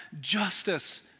justice